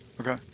Okay